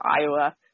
Iowa